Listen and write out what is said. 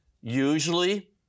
usually